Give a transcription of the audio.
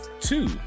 Two